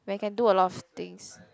where you can do a lot of things